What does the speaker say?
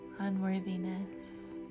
unworthiness